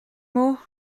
mots